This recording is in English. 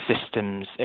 systems